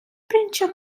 brintio